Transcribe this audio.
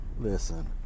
listen